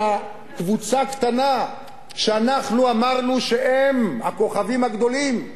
שיש בה קבוצה קטנה שאנחנו אמרנו שהם הכוכבים הגדולים,